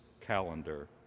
calendar